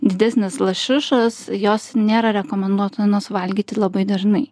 didesnės lašišos jos nėra rekomenduotinos valgyti labai dažnai